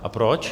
A proč?